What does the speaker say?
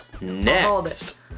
Next